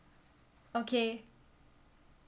okay